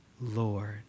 Lord